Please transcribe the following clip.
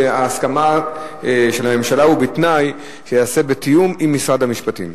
שיש הסכמה של הממשלה ובתנאי שייעשה בתיאום עם משרד המשפטים.